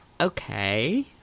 Okay